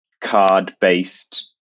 card-based